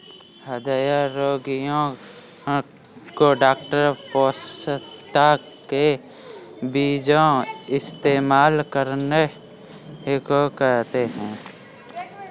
हृदय रोगीयो को डॉक्टर पोस्ता के बीजो इस्तेमाल करने को कहते है